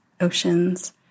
oceans